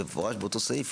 במפורש באותו סעיף,